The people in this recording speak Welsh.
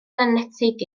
enetig